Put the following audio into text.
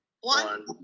one